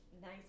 nice